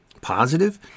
positive